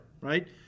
Right